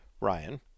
Ryan